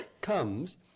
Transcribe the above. comes